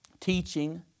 Teaching